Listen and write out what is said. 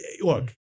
look